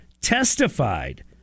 testified